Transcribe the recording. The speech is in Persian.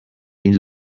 این